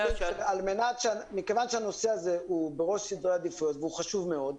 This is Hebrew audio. מכיוון שהנושא הזה הוא בראש סדרי העדיפויות והוא חשוב מאוד,